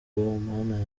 mana